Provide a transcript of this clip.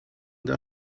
der